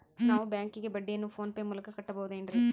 ನಾವು ಬ್ಯಾಂಕಿಗೆ ಬಡ್ಡಿಯನ್ನು ಫೋನ್ ಪೇ ಮೂಲಕ ಕಟ್ಟಬಹುದೇನ್ರಿ?